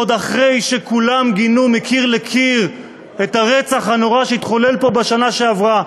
ועוד אחרי שכולם גינו מקיר לקיר את הרצח הנורא שהתחולל פה בשנה שעברה.